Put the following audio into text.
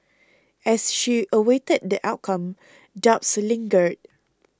as she awaited the outcome doubts lingered